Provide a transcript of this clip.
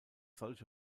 solche